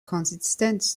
konsistenz